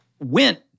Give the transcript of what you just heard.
went